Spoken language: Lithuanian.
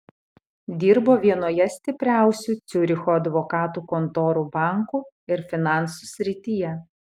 dirbo vienoje stipriausių ciuricho advokatų kontorų bankų ir finansų srityje